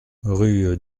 rue